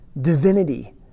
Divinity